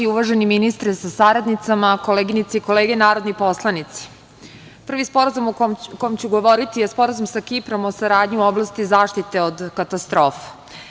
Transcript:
Uvaženi ministre sa saradnicama, koleginice i kolege narodni poslanici, prvi sporazum o kojem ću govoriti je Sporazum sa Kiprom o saradnji u oblasti zaštite od katastrofa.